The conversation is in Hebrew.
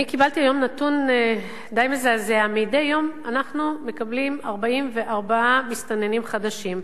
אני קיבלתי היום נתון די מזעזע: מדי יום אנחנו מקבלים 44 מסתננים חדשים.